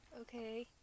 Okay